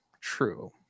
true